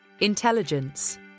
intelligence